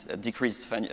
decreased